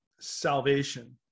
salvation